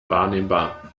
wahrnehmbar